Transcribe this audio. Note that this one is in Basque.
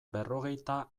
berrogeita